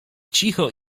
cicho